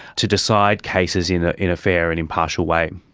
to decide cases in ah in a fair and impartial way.